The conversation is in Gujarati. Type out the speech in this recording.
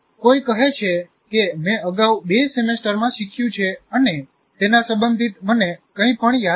કોઈ કહે છે કે મેં અગાઉ બે સેમેસ્ટરમાં શીખ્યું છે અને તેના સંબંધિત મને કંઈપણ યાદ નથી